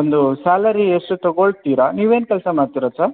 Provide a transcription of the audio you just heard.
ಒಂದು ಸ್ಯಾಲರಿ ಎಷ್ಟು ತಗೋಳ್ತೀರ ನೀವೇನು ಕೆಲಸ ಮಾಡ್ತೀರ ಸರ್